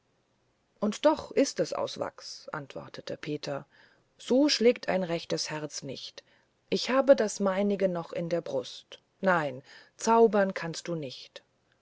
und doch ist es aus wachs antwortete peter so schlägt ein rechtes herz nicht ich habe das meinige noch in der brust nein zaubern kannst du nicht